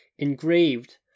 engraved